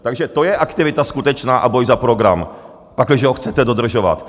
Takže to je aktivita skutečná a boj za program, pakliže ho chcete dodržovat.